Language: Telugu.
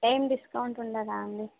ఏం డిస్కౌంట్ ఉండదా అండి